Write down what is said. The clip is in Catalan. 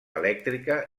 elèctrica